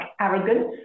arrogance